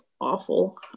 awful